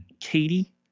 katie